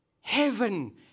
Heaven